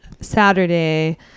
Saturday